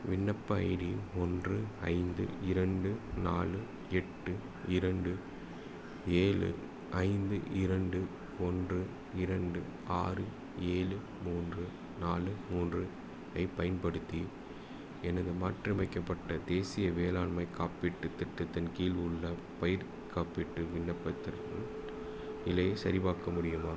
விண்ணப்ப ஐடி ஒன்று ஐந்து இரண்டு நாலு எட்டு இரண்டு ஏழு ஐந்து இரண்டு ஒன்று இரண்டு ஆறு ஏழு மூன்று நாலு மூன்று ஐப் பயன்படுத்தி எனது மாற்றியமைக்கப்பட்ட தேசிய வேளாண்மைக் காப்பீட்டுத் திட்டத்தின் கீழ் உள்ள பயிர்க் காப்பீட்டு விண்ணப்பத்தின் நிலையைச் சரிபார்க்க முடியுமா